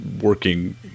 working